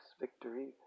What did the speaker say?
victory